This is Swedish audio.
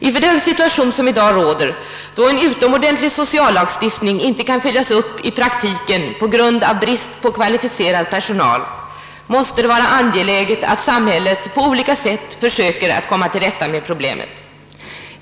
Inför den situation som i dag råder, då en utomordentlig sociallagstiftning inte kan följas upp i praktiken på grund av brist på kvalificerad personal, måste det vara angeläget att samhället på olika sätt försöker komma till rätta med problemet.